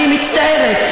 אני מצטערת.